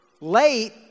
late